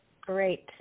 Great